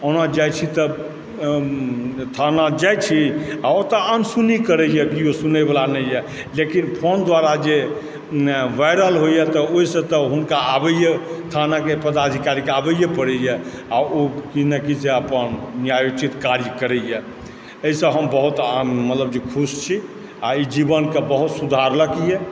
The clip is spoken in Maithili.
ओना जाइ छी तऽ थाना जाइ छी आ ओतए अनसुनी करयए केओ सुनेबला नहि अछि लेकिन फोन द्वारा जे वायरल होइ यऽ तऽ ओहिसँ तऽ हुनका आबयए थानाके पदाधिकारीके आबयए पड़ैत यऽ आ ओ की नहि की जे अपन न्यायोचित काज करै यऽ एहिसँ हम बहुत मतलब जे खुश छी आ ई जीवनके बहुत सुधारलक यऽ